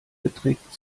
beträgt